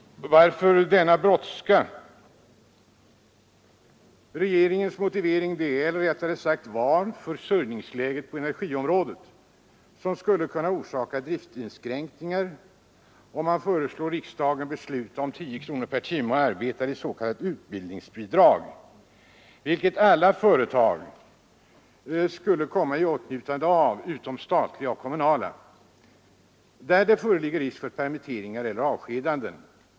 Varför denna brådska? Regeringens motivering är — eller rättare sagt var — försörjningsläget på energiområdet, som skulle kunna orsaka driftinskränkningar. Man föreslår riksdagen att besluta om 10 kronor per timme och arbetare i s.k. utbildningsbidrag, vilket alla företag skulle komma i åtnjutande av — utom statliga och kommunala — där det föreligger risk för permitteringar eller avskedanden.